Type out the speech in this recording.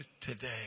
today